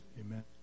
Amen